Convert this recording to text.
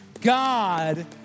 God